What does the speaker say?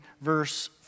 verse